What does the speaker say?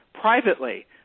privately